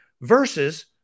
versus